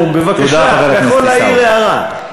בבקשה, אתה יכול להעיר הערה.